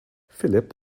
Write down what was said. philip